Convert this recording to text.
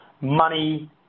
money